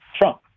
Trump